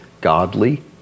godly